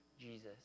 Jesus